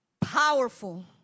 powerful